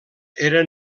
eren